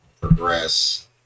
progress